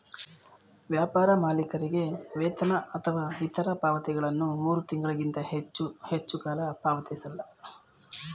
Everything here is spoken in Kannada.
ವ್ಯಾಪಾರ ಮಾಲೀಕರಿಗೆ ವೇತನ ಅಥವಾ ಇತ್ರ ಪಾವತಿಗಳನ್ನ ಮೂರು ತಿಂಗಳಿಗಿಂತ ಹೆಚ್ಚು ಹೆಚ್ಚುಕಾಲ ಪಾವತಿಸಲ್ಲ